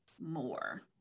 more